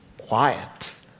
quiet